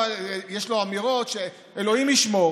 יש לו אמירות שאלוהים ישמור